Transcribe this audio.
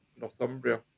Northumbria